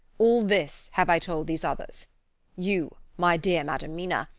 all this have i told these others you, my dear madam mina,